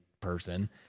person